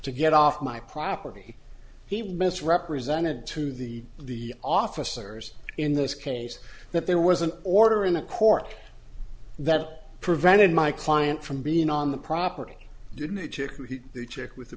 to get off my property he was misrepresented to the the officers in this case that there was an order in a court that prevented my client from being on the property didn't they check with the